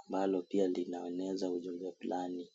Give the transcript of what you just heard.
ambalo pia linaoneza ujumbe fulani.